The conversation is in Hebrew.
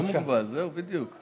לא מוגבל, זהו, בדיוק.